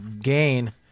gain